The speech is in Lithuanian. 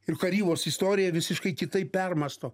ir karybos istoriją visiškai kitaip permąsto